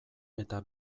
eta